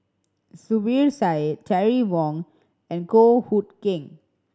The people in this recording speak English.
Zubir Said Terry Wong and Goh Hood Keng